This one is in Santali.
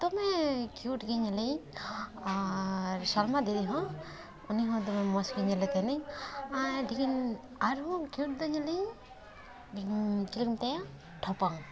ᱫᱚᱢᱮ ᱠᱤᱭᱩᱴ ᱜᱮᱧ ᱧᱮᱞᱮᱭᱟᱹᱧ ᱟᱨ ᱥᱚᱞᱢᱟ ᱫᱤᱫᱤ ᱦᱚᱸ ᱩᱱᱤ ᱦᱚᱸ ᱫᱚᱢᱮ ᱢᱚᱡᱽᱜᱮ ᱧᱮᱞᱮ ᱛᱟᱦᱮᱱᱟᱹᱧ ᱟᱨ ᱫᱤᱧ ᱟᱨᱦᱚᱸ ᱠᱷᱮᱞᱳᱰ ᱫᱚ ᱧᱮᱞᱟᱧ ᱪᱤᱞᱤ ᱠᱚ ᱢᱮᱛᱟᱭᱟ ᱴᱷᱚᱯᱚᱝ